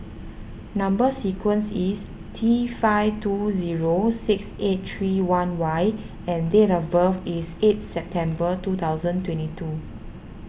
Number Sequence is T five two zero six eight three one Y and date of birth is eight September two thousand twenty two